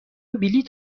بلیط